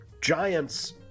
Giants